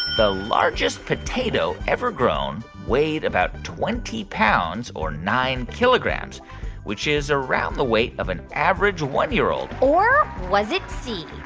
the largest potato ever grown weighed about twenty pounds or nine kilograms which is around the weight of an average one year old? or. was it c,